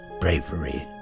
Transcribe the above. bravery